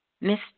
Miss